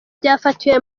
byafatiwe